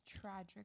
tragic